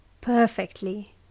Perfectly